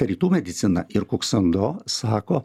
rytų medicina ir kuksando sako